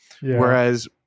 whereas